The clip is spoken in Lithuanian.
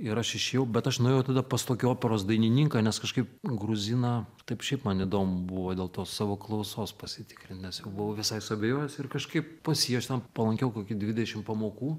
ir aš išėjau bet aš nuėjau tada pas tokį operos dainininką nes kažkaip gruziną taip šiaip man įdomu buvo dėl tos savo klausos pasitikrint nes jau buvau visai suabejojęs ir kažkaip pas jį aš ten palankiau kokį dvidešim pamokų